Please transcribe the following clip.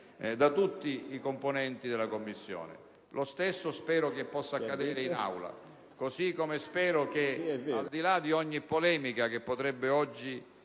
da tutti i suoi componenti. Lo stesso spero che possa accadere in Aula, così come spero che, al di là di ogni polemica che potrebbe oggi